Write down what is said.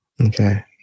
Okay